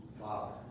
father